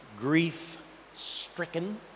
grief-stricken